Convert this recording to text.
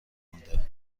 مونده